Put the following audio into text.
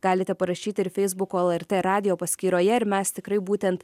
galite parašyti ir feisbuko lrt radijo paskyroje ir mes tikrai būtent